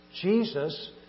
Jesus